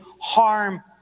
harm